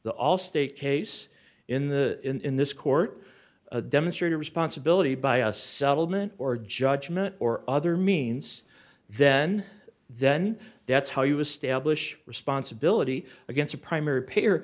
the allstate case in the in this court a demonstrator responsibility by a settlement or judgment or other means then then that's how you establish responsibility against a primary pier